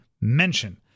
mention